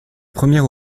premier